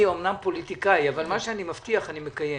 אמנם פוליטיקאי אבל מה שאני מבטיח, אני מקיים.